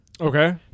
Okay